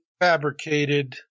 fabricated